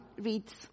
reads